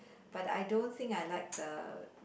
but I don't think I like the